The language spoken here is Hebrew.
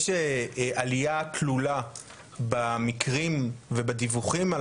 יש עלייה תלולה במקרים ובדיווחים על